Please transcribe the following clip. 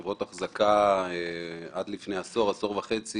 חברות אחזקה עד לפני עשור-עשור וחצי